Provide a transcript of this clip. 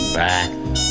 back